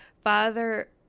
Father